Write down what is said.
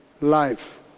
life